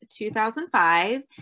2005